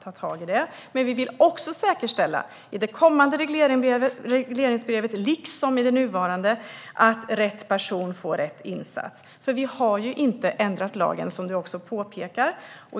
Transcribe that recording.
ta tag i det. Vi vill också säkerställa i det kommande regleringsbrevet, liksom i det nuvarande, att rätt person får rätt insats. Vi har ju inte ändrat lagen, som du också påpekar.